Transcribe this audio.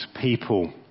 people